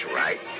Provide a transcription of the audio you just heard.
right